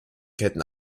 ketten